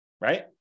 Right